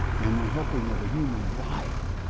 and the helping of a human life